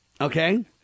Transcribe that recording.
Okay